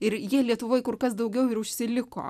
ir jie lietuvoje kur kas daugiau ir užsiliko